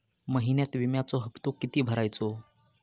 महिन्यात विम्याचो हप्तो किती भरायचो?